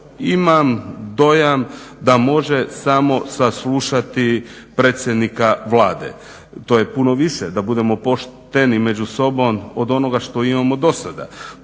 imam dojam da može samo saslušati predsjednika Vlade. To je puno više, da budemo pošteni među sobom, od onoga što imamo do sada.